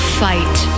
fight